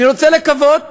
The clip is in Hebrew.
אני רוצה לקוות